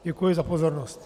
Děkuji za pozornost.